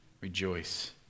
rejoice